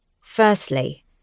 Firstly